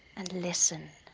and listen?